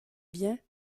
bien